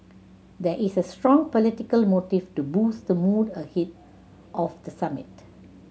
there is a strong political motive to boost the mood ahead of the summit